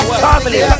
family